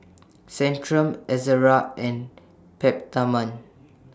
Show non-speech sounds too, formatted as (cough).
(noise) Centrum Ezerra and Peptamen